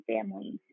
families